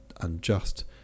unjust